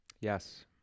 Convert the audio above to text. Yes